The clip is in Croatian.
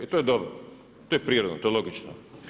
I to je dobro, to je prirodno, to je logično.